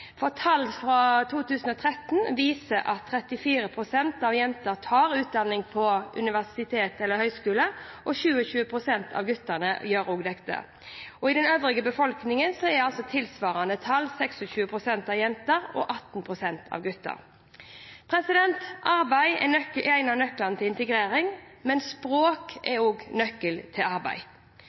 for tall fra 2013 viser at 34 pst. av jentene tar utdanning på universitet eller høyskole, og 27 pst. av guttene gjør det samme. I den øvrige befolkningen er tilsvarende tall 26 pst. for jentene og 18 pst. for guttene. Arbeid er en av nøklene til integrering, men språk er nøkkelen til arbeid.